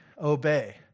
Obey